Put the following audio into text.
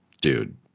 Dude